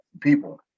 people